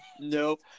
Nope